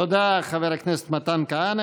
תודה, חבר הכנסת מתן כהנא.